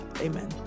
amen